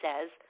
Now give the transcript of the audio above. says